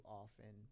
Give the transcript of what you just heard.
often